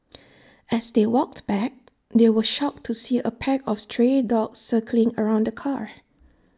as they walked back they were shocked to see A pack of stray dogs circling around the car